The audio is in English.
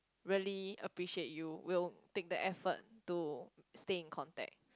really appreciate you will take the effort to stay in contact